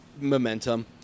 momentum